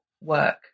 work